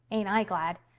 ain't i glad.